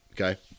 Okay